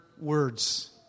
words